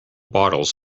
bottles